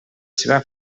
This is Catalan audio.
seva